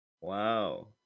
Wow